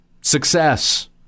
success